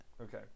Okay